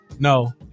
No